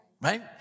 Right